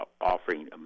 offering